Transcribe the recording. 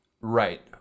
Right